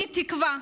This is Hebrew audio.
כולי תקווה,